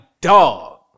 dog